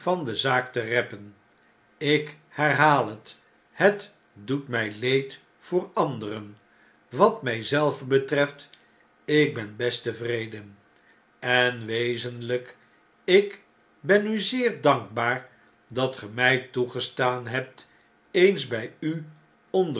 van de zaak te reppen ik herhaal het het doet mjj leed voor anderen wat mjj zelven betreft ik ben best tevreden en wezenljjk ik ben u zeer dankbaar dat ge mjj toegestaan hebt eens bjj u